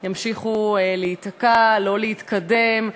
ימשיכו להיתקע, לא להתקדם.